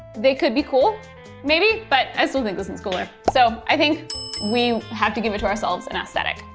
they could be cool maybe, but i still think this one's cooler. so i think we have to give it to ourselves in aesthetic.